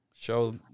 show